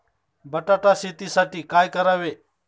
बटाटा शेतीसाठी काय करावे?